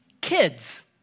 Kids